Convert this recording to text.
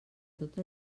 tot